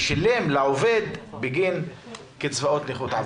ששילם לעובד בגין קצבאות נכות עבודה.